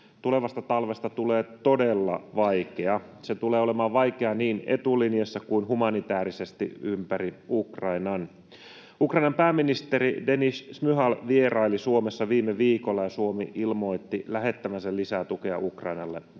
Tulevasta talvesta tulee todella vaikea, se tulee olemaan vaikea niin etulinjassa kuin humanitäärisesti ympäri Ukrainan. Ukrainan pääministeri Denys Šmyhal vieraili Suomessa viime viikolla, ja Suomi ilmoitti lähettävänsä lisää tukea Ukrainalle.